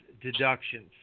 deductions